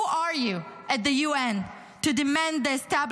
Who are you at the UN to demand the establishment